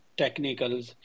technicals